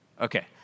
Okay